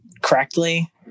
correctly